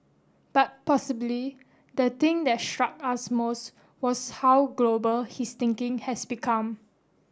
but possibly the thing that struck us most was how global his thinking has become